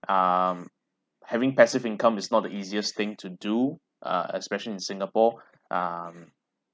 um having passive income is not the easiest thing to do uh especially in singapore um